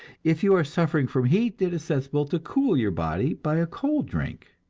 if you are suffering from heat, it is sensible to cool your body by a cold drink.